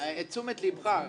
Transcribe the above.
את תשומת לבך,